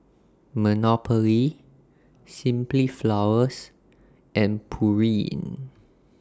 Monopoly Simply Flowers and Pureen